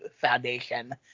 foundation